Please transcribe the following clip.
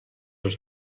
els